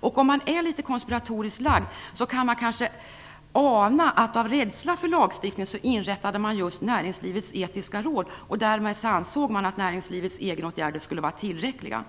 Om man är litet konspiratoriskt lagd kanske man kan ana att näringslivets etiska råd inrättades av rädsla för lagstiftning. Därmed ansåg man att näringslivets egna åtgärder skulle vara tillräckliga.